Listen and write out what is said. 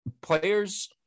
players